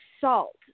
salt